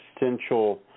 essential